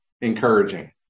encouraging